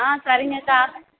ஆ சரிங்கக்கா